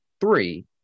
three